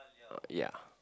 uh ya